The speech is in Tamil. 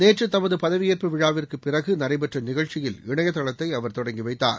நேற்று தமது பதவியேற்பு விழாவிற்கு பிறகு நடைபெற்ற நிகழ்ச்சியில் இணையதளத்தை அவர் தொடங்கிவைத்தார்